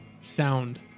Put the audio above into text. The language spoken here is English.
sound